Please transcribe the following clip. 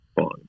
fun